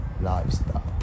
lifestyle